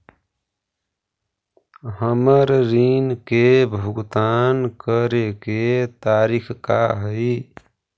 हमर ऋण के भुगतान करे के तारीख का हई?